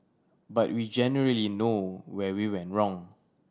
but we generally know where we went wrong